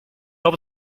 help